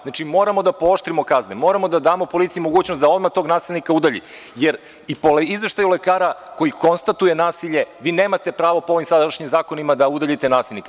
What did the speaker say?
Znači, moramo da pooštrimo kazne, moramo da damo policiji mogućnost da odmah tog nasilnika udalji, jer i po izveštaju lekara koji konstatuje nasilje, vi nemate pravo po ovim sadašnjim zakonima da udaljite nasilnika.